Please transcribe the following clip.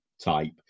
type